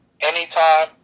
anytime